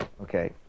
Okay